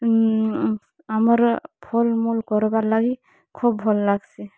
ଆମର୍ ଫଲ୍ ମୂଲ୍ କର୍ବାର୍ ଲାଗି ଖୋବ୍ ଭଲ୍ ଲାଗ୍ସି